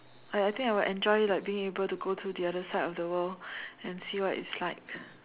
I I think I will enjoy like being able to go to the other side of the world and see what it's like